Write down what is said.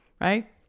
right